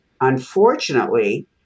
unfortunately